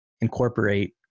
incorporate